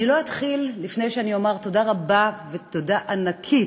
לא אתחיל לפני שאומר תודה רבה, תודה ענקית,